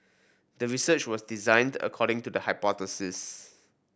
the research was designed according to the hypothesis